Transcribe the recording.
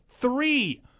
three